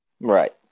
Right